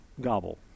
Gobble